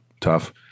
tough